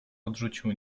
odrzucił